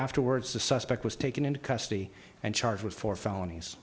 afterwards the suspect was taken into custody and charged with four felonies